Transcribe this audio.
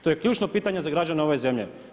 To je ključno pitanje za građane ove zemlje.